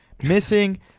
Missing